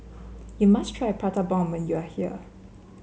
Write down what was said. you must try Prata Bomb when you are here